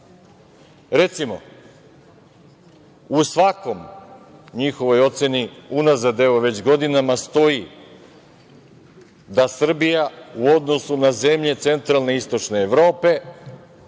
Recimo, u svakoj njihovoj oceni unazad evo već godinama stoji da Srbija u odnosu na zemlje centralne i istočne Evrope